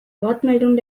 wortmeldung